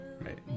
Right